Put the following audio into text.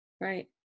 Right